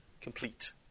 complete